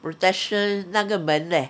protection 那个们 leh